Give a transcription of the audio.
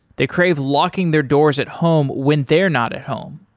they crave locking their doors at home when they're not at home.